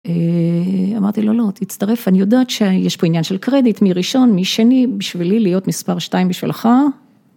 אמרתי לו, לא, תצטרף אני יודעת שיש פה עניין של קרדיט, מי ראשון מי שני. בשבילי להיות מספר 2 בשבילך...